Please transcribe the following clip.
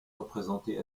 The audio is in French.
représenté